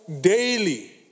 daily